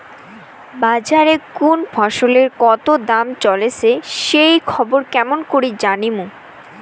বাজারে কুন ফসলের কতো দাম চলেসে সেই খবর কেমন করি জানীমু?